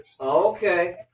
Okay